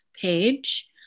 page